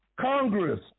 Congress